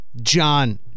John